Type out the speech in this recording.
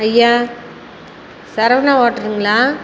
ஐயா சரவணா ஹோட்லுங்களா